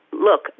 Look